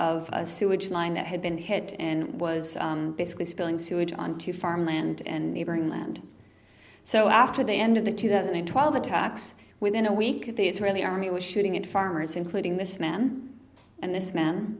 a sewage line that had been hit and was basically spilling sewage onto farmland and neighboring land so after the end of the two thousand and twelve attacks within a week the israeli army was shooting at farmers including this man and this m